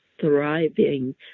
thriving